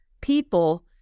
people